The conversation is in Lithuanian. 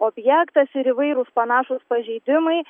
objektas ir įvairūs panašūs pažeidimai